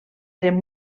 eren